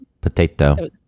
potato